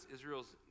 Israel's